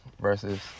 versus